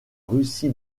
russie